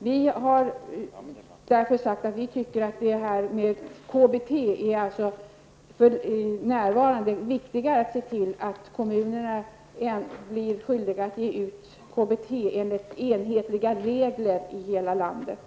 Vi har därför sagt angående KBT att det för närvarande är viktigare att se till att kommunerna blir skyldiga att betala ut